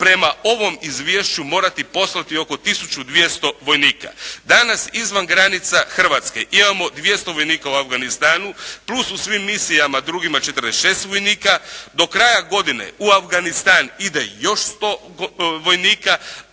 prema ovom izvješću morati poslati oko tisuću 200 vojnika. Danas izvan granica Hrvatske imamo 200 vojnika u Afganistanu, plus u svim misijama drugima 46 vojnika, do kraja godine u Afganistan ide još 100 vojnika,